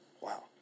Wow